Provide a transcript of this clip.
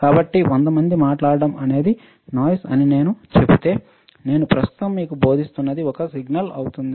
కాబట్టి 100 మంది మాట్లాడటం అనేది నాయిస్ అని నేను చెబితే నేను ప్రస్తుతం మీకు బోధిస్తున్నది ఒక సిగ్నల్ అవుతుంది